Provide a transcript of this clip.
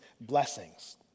blessings